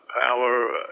power